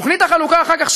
תוכנית החלוקה אחר כך,